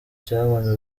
cyabonye